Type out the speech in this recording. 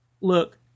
look